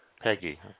Peggy